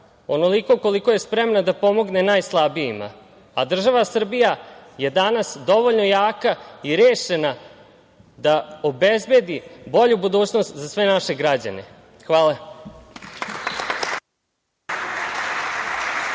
onoliko koliko je spremna da pomogne najslabijima, a država Srbija je danas dovoljno jaka i rešena da obezbedi bolju budućnost za sve naše građane. Hvala.